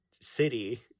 city